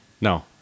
No